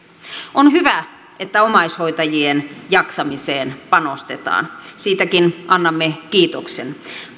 on hyvä että omaishoitajien jaksamiseen panostetaan siitäkin annamme kiitoksen